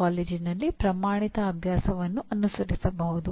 ಕಲಿಕೆಗೆ ಗಮನವನ್ನು ನೀಡುತ್ತದೆ